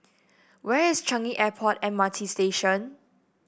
where is Changi Airport M R T Station